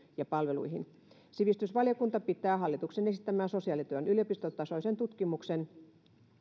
ja palveluihin sivistysvaliokunta pitää hallituksen esittämää sosiaalityön yliopistotasoisen tutkimuksen